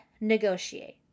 negotiate